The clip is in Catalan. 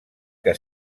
que